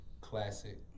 Classic